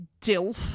dilf